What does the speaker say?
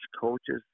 coaches